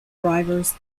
drivers